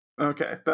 okay